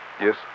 Yes